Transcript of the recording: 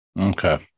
Okay